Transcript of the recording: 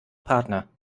partner